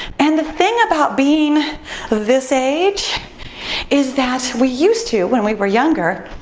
and the thing about being this age is that we used to, when we were younger,